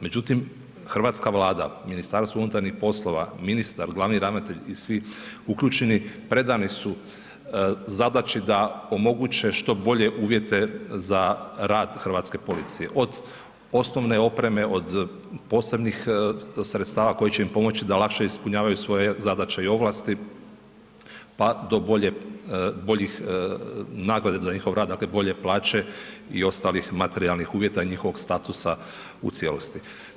Međutim hrvatska Vlada, MUP, ministar, glavni ravnatelj i svi uključeni predani su zadaći da omoguće što bolje uvjete za rad hrvatske policije, od osnovne opreme, od posebnih sredstava koji će im pomoći da lakše ispunjavaju svoje zadaće i ovlasti, pa do bolje nagrade za njihov rad, dakle bolje plaće i ostalih materijalnih uvjeta i njihovog statusa u cijelosti.